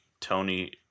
Tony